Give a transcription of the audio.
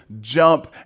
jump